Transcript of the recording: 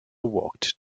worked